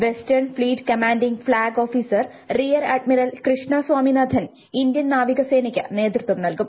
western fleet commanding flag officer rear admiral Krishna Swaminathan Indian നാവികസേനയ്ക്ക് നേതൃത്വം നൽകും